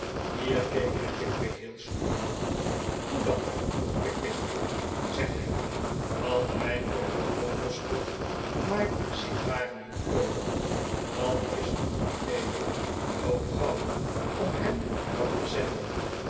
hier keek hij pickwick heel sluw aan hoe dan vroeg pickwick zeg hem dat hij voor het overschot maar sigaren moet koopen dat is een goed idee loop gauw om hem dat te zeggen